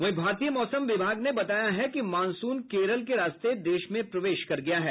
वहीं भारतीय मौसम विभाग ने बताया है किमॉनसून केरल के रास्ते देश में प्रवेश कर गया है